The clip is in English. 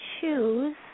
choose